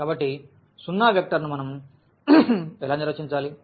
కాబట్టి సున్నా వెక్టర్ను మనం ఎలా నిర్వచించాలి